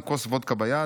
עם כוס וודקה ביד,